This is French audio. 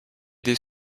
des